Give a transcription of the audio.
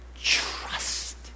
trust